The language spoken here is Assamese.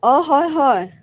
অঁ হয় হয়